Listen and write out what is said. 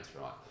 right